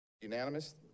Unanimous